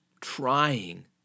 trying